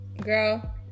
Girl